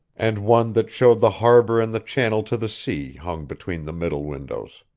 and one that showed the harbor and the channel to the sea hung between the middle windows.